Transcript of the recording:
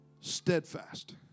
steadfast